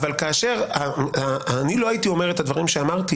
אבל אני לא הייתי אומר את הדברים שאמרתי